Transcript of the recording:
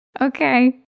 Okay